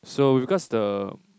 so with regards to the